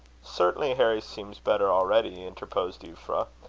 certainly harry seems better already, interposed euphra.